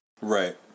Right